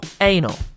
anal